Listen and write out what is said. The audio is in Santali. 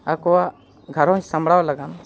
ᱟᱠᱚᱣᱟᱜ ᱜᱷᱟᱨᱚᱸᱡᱽ ᱥᱟᱢᱲᱟᱣ ᱞᱟᱹᱜᱤᱫ